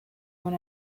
when